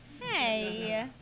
Hey